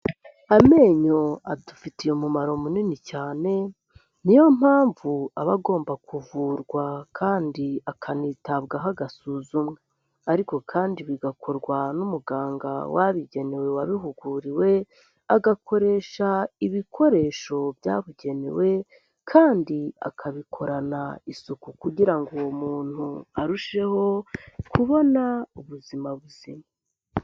Amenyo adufitiye umumaro munini cyane, ni yo mpamvu aba agomba kuvurwa kandi akanitabwaho agasuzumwa. Ariko kandi bigakorwa n'umuganga wabigenewe wabihuguriwe, agakoresha ibikoresho byabugenewe kandi akabikorana isuku kugira ngo uwo muntu arusheho kubona ubuzima buzima.